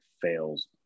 fails